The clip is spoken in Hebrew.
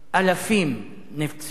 אלפים נפצעו.